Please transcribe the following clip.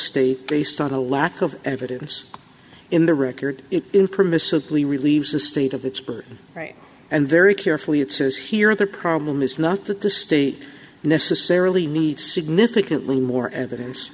state based on the lack of evidence in the record it permissibly relieves the state of that's right and very carefully it says here the problem is not that the state necessarily needs significantly more evidence